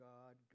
God